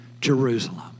Jerusalem